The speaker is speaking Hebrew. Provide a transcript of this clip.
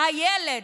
והילד,